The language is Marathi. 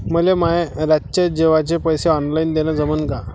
मले माये रातच्या जेवाचे पैसे ऑनलाईन देणं जमन का?